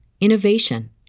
innovation